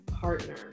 partner